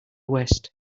west